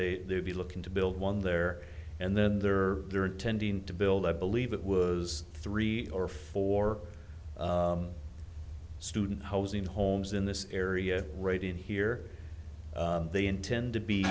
will be looking to build one there and then they're they're intending to build i believe it was three or four student housing homes in this area right in here they intend to be